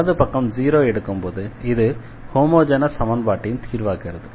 வலது பக்கம் 0 எடுக்கும்போது இது ஹோமொஜெனஸ் சமன்பாட்டின் தீர்வாகிறது